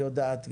היא יודעת גם,